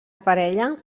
parella